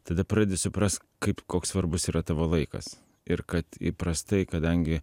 tada pradedi suprast kaip koks svarbus yra tavo laikas ir kad įprastai kadangi